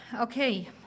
Okay